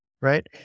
Right